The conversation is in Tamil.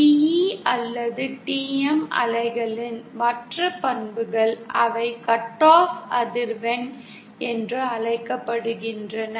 TE அல்லது TM அலைகளின் மற்ற பண்புகள் அவை கட் ஆஃப் அதிர்வெண் என்று அழைக்கப்படுகின்றன